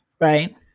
Right